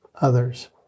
others